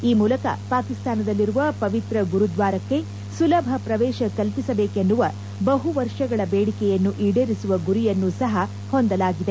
ಈ ಮೂಲಕ ಪಾಕಿಸ್ತಾನದಲ್ಲಿರುವ ಪವಿತ್ರ ಗುರುದ್ಲಾರಕ್ಕೆ ಸುಲಭ ಪ್ರವೇಶ ಕಲ್ಸಿಸಬೇಕೆನ್ನುವ ಬಹು ವರ್ಷಗಳ ಬೇಡಿಕೆಯನ್ನು ಈಡೇರಿಸುವ ಗುರಿಯನ್ನೂ ಸಹ ಹೊಂದಲಾಗಿದೆ